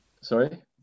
Sorry